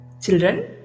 Children